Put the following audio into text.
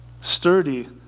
sturdy